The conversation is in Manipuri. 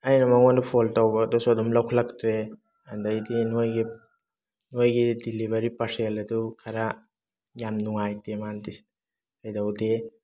ꯑꯩꯅ ꯃꯉꯣꯟꯗ ꯐꯣꯟ ꯇꯧꯕꯗꯁꯨ ꯑꯗꯨꯝ ꯂꯧꯈꯠꯂꯛꯇ꯭ꯔꯦ ꯑꯗꯩꯗꯤ ꯅꯣꯏꯒꯤ ꯅꯣꯏꯒꯤ ꯗꯤꯂꯤꯚꯔꯤ ꯄꯥꯔꯁꯦꯜ ꯑꯗꯨ ꯈꯔ ꯌꯥꯝ ꯅꯨꯡꯉꯥꯏꯇꯦ ꯃꯥꯅ ꯇꯧꯔꯤꯁꯦ ꯀꯩꯗꯧꯗꯦ